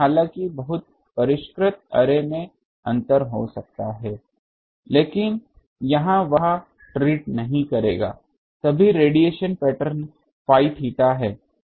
वही हालांकि बहुत परिष्कृत अर्रे में अंतर हो सकता है लेकिन यहां वह ट्रीट नहीं करेगा सभी रेडिएशन पैटर्न phi थीटा हैं